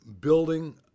building